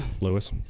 Lewis